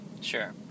Sure